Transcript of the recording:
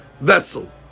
vessel